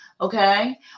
okay